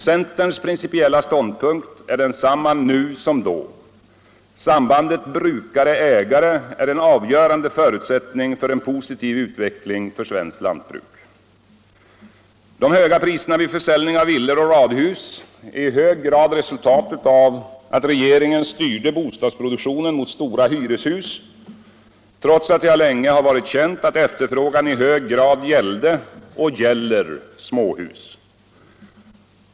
Centerns principiella ståndpunkt är densamma nu som då. Sambandet brukare-ägare är en avgörande förutsättning för en positiv utveckling för svenskt lantbruk. De höga priserna vid försäljning av villor och radhus är i hög grad resultatet av att regeringen styrde bostadsproduktionen mot stora hyreshus, trots att det länge varit känt att efterfrågan i hög grad gällde och gäller småhus.